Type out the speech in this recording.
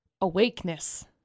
awakeness